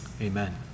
amen